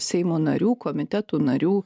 seimo narių komitetų narių